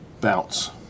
bounce